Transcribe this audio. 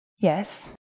Yes